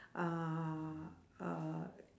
are uh